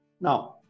Now